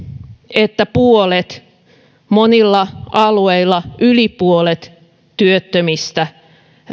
että puolet monilla alueilla yli puolet työttömistä